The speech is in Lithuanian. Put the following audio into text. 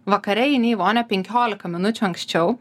vakare eini į vonią penkiolika minučių anksčiau